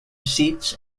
seats